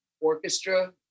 orchestra